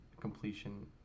completion